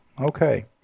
Okay